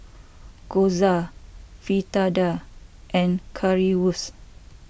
Gyoza Fritada and Currywurst